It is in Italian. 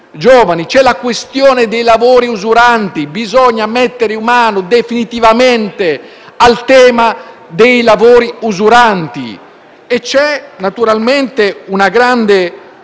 C'è la questione dei lavori usuranti. Bisogna mettere mano, definitivamente, al tema dei lavori usuranti. E c'è, naturalmente, l'enorme